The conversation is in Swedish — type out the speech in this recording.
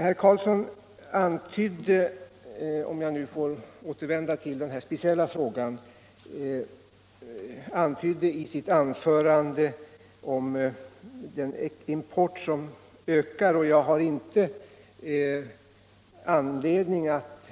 Får jag sedan ta upp en särskild fråga. Herr Karlsson antydde i sitt anförande att importen ökar. Jag har inte någon anledning att